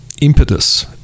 impetus